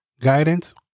Guidance